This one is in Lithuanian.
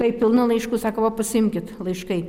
taip pilna laiškų sako va pasiimkit laiškai